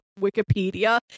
Wikipedia